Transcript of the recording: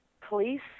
Police